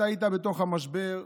אתה היית בתוך המשבר,